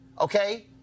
okay